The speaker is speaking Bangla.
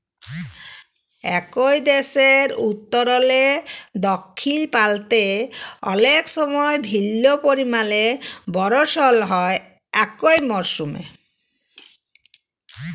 একই দ্যাশের উত্তরলে দখ্খিল পাল্তে অলেক সময় ভিল্ল্য পরিমালে বরসল হ্যয় একই মরসুমে